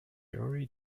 early